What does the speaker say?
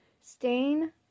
stain